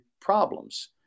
problems